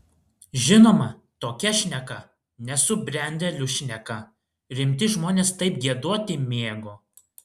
žinoma tokia šneka nesubrendėlių šneka rimti žmonės taip giedoti mėgo